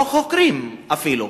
או חוקרים אפילו.